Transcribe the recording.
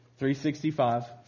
365